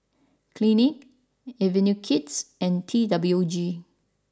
Clinique Avenue Kids and T W G